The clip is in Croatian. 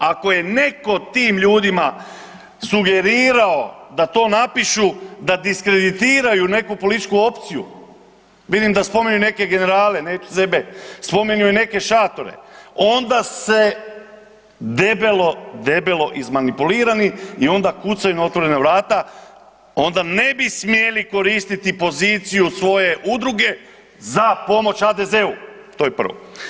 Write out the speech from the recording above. Ako je neko tim ljudima sugerirao da to napišu da diskreditiraju neku političku opciju, vidim da spominju neke generale, … sebe, spominju i neke šatore, onda se debelo, debelo izmanipulirani i onda kucaju na otvorena vrata, onda ne bi smjeli koristiti poziciju svoje udruge za pomoć HDZ-u, to je prvo.